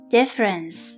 Difference